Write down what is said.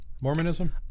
Mormonism